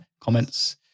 comments